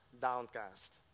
downcast